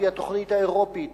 על-פי התוכנית האירופית,